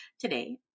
Today